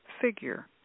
Figure